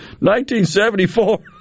1974